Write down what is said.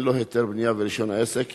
אין לו היתר בנייה ורשיון עסק